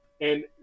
and-